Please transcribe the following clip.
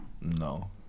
No